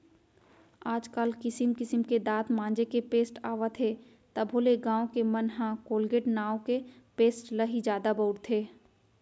आज काल किसिम किसिम के दांत मांजे के पेस्ट आवत हे तभो ले गॉंव के मन ह कोलगेट नांव के पेस्ट ल ही जादा बउरथे